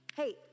Hey